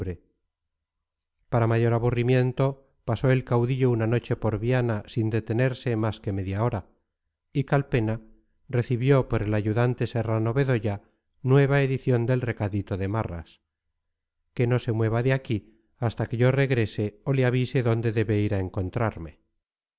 para mayor aburrimiento pasó el caudillo una noche por viana sin detenerse mas que media hora y calpena recibió por el ayudante serrano bedoya nueva edición del recadito de marras que no se mueva de aquí hasta que yo regrese o le avise dónde debe ir a encontrarme